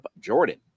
Jordan